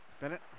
bennett